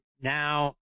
now